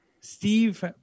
Steve